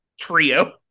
trio